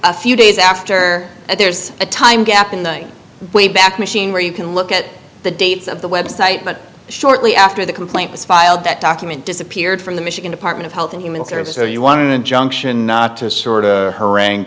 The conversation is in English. a few days after that there's a time gap in the wayback machine where you can look at the dates of the website but shortly after the complaint was filed that document disappeared from the michigan department of health and human services or you want an injunction not to sort of haran